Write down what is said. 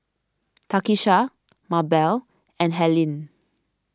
Takisha Mabelle and Helene